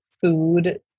food